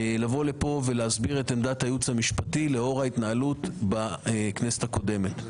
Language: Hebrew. לבוא לכאן ולהסביר את עמדת הייעוץ המשפטי לאור ההתנהלות בכנסת הקודמת.